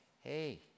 hey